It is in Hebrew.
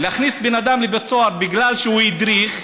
להכניס בן אדם לבית סוהר בגלל שהוא הדריך,